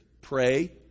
Pray